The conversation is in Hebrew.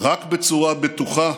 רק בצורה בטוחה,